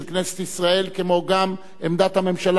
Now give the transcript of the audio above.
כמו גם עמדת הממשלה כפי שהובעה.